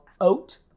oat